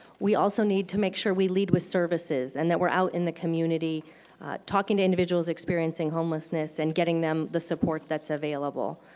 we also need to make sure we lead with services and that we are out in the community talking to individuals experiencing homelessness and getting them the support that's available.